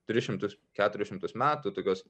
tris šimtus keturis šimtus metų tokios